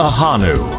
Ahanu